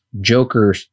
Joker